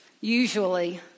usually